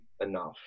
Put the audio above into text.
enough